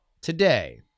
today